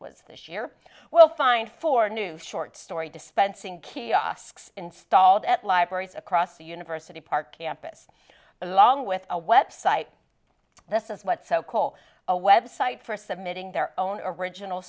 was this year we'll find four new short story dispensing kiosks installed at libraries across the university park campus along with a website this is what so call a website for submitting their own original